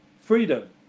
freedom